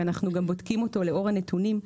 ואנחנו בודקים אותו לאור הנתונים.